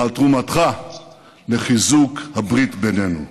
על תרומתך לחיזוק הברית בינינו.